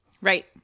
Right